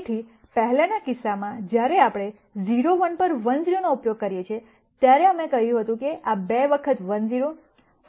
તેથી પહેલાનાં કિસ્સામાં જ્યારે આપણે 0 1 પર 1 0 નો ઉપયોગ કરીએ છીએ ત્યારે અમે કહ્યું હતું કે આ 2 વખત 1 0